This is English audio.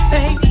Hey